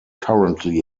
currently